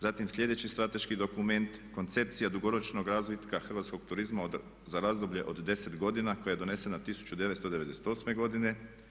Zatim sljedeći strateški dokument Koncepcija dugoročnog razvitka hrvatskog turizma za razdoblje od 10 godina koja je donesena 1998. godine.